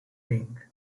ring